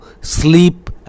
sleep